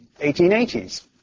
1880s